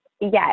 Yes